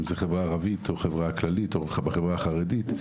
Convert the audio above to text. אם זה בחברה הערבית או בחברה החרדית או בכלל בחברה הכללית,